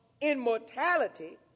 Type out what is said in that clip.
immortality